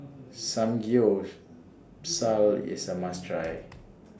Samgyeopsal IS A must Try